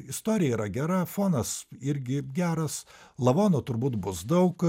istorija yra gera fonas irgi geras lavonų turbūt bus daug